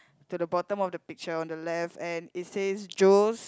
to the bottom of the picture on the left and it says Joe's